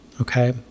okay